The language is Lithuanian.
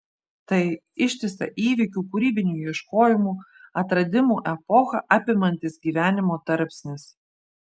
tai ištisą įvykių kūrybinių ieškojimų atradimų epochą apimantis gyvenimo tarpsnis